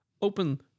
open